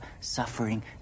suffering